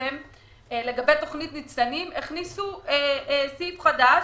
שהתפרסם השנה לגבי תוכנית ניצנים הכניסו סעיף חדש.